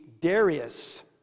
Darius